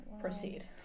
Proceed